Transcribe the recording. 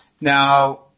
Now